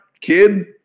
kid